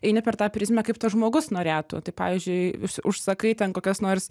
eini per tą prizmę kaip tas žmogus norėtų tai pavyzdžiui už užsakai ten kokias nors